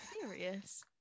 serious